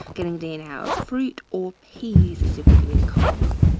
getting dna out of fruit or peas is a really, really common one.